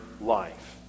life